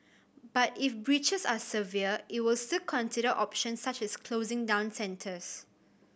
but if breaches are severe it will still consider options such as closing down centres